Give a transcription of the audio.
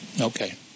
Okay